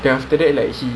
mmhmm